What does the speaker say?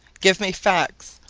give me facts.